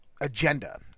agenda